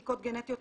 בדיקות גנטיות,